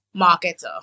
marketer